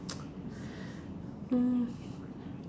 mm